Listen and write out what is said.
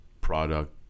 product